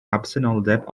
absenoldeb